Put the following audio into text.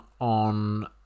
on